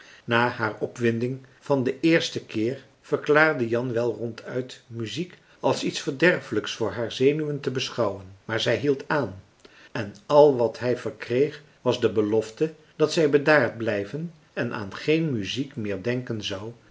na haar opwinding van den eersten keer verklaarde jan wel ronduit muziek als iets verderfelijks voor haar zenuwen te beschouwen maar zij hield aan en al wat hij verkreeg was de belofte dat zij bedaard blijven en aan geen muziek meer denken zou